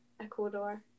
Ecuador